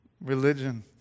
Religion